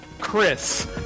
chris